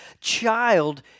child